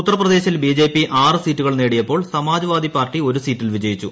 ഉത്തർപ്രദേശിൽ ബിജെപി ആറ് സീറ്റുകൾ നേടിയപ്പോൾ സമാജ് വാദി പാർട്ടി ഒരു സീറ്റിൽ വിജയിച്ചു